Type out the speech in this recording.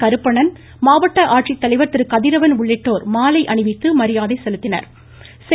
கருப்பணன் மாவட்ட ஆட்சித்தலைவர் திருகதிரவன் உள்ளிட்டோர் மாலை அணிவித்து மரியாதை செலுத்தினார்